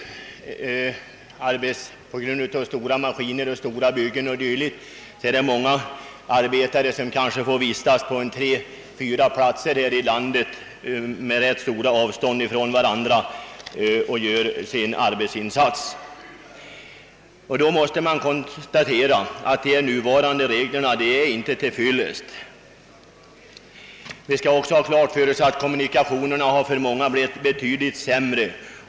Med hänsyn till att vissa arbeten kräver stora maskiner och stora byggnader måste också en hel del arbetare här i landet årligen utföra sitt arbete på tre, fyra olika platser som ligger på ganska stora avstånd från varandra. Man måste då konstatera att de nuvarande möjligheterna till avdrag inte är till fyllest. Vi skall ha klart för oss att kommunikationerna har för många blivit betydligt sämre.